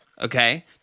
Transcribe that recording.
Okay